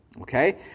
okay